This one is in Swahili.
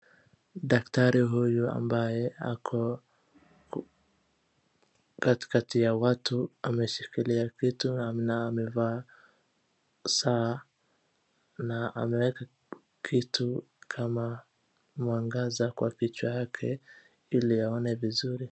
Daktari huyu ambaye ako katikati ya watu ameshikilia vitu na amevaa saa na ameweka kitu kama mwangaza kwa kichwa yake ili aone vizuri.